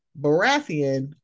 Baratheon